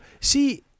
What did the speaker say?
see